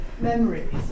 memories